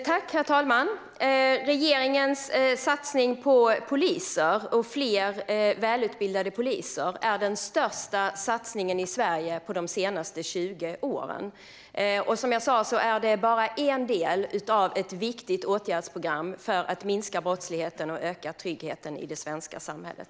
Herr talman! Regeringens satsning på fler välutbildade poliser är den största i Sverige de senaste 20 åren. Och som jag sa är det bara en del av ett viktigt åtgärdsprogram för att minska brottsligheten och öka tryggheten i det svenska samhället.